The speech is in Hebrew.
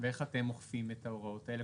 ואיך אתם אוכפים את ההוראות האלה.